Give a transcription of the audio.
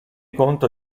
conto